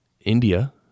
India